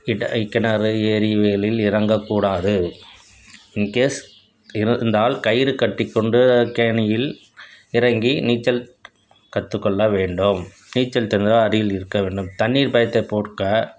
கிட கிணறு ஏரி இவைகளில் இறங்கக்கூடாது இன்கேஸ் இருந்தால் கயிறுக் கட்டிக்கொண்டு கேணியில் இறங்கி நீச்சல் கற்றுக்கொள்ள வேண்டும் நீச்சல் தெரிந்தவர் அருகில் இருக்க வேண்டும் தண்ணீர் பயத்தை போக்க